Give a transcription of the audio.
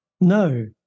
no